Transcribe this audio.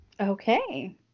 Okay